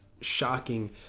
shocking